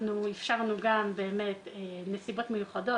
אפשרנו מסיבות מיוחדות,